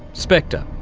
spectre,